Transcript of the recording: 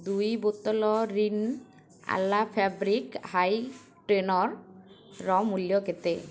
ଦୁଇ ବୋତଲ ରିନ୍ ଆଲା ଫ୍ୟାବ୍ରିକ୍ ହ୍ଵାଇଟେନର୍ର ମୂଲ୍ୟ କେତେ